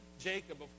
Jacob